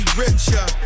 richer